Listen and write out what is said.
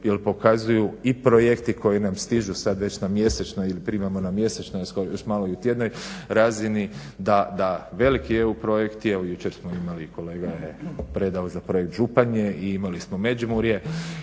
jer pokazuju i projekti koji nam stižu već sad na mjesečnoj ili primamo na mjesečnoj još malo i u tjednoj razini da velik dio projekt je, jučer smo imali, kolega je predao za projekt Županje i imali smo Međimurje,